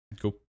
Cool